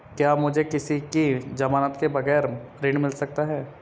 क्या मुझे किसी की ज़मानत के बगैर ऋण मिल सकता है?